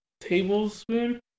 tablespoon